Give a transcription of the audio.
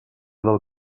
del